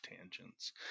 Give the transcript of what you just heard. tangents